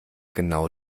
genau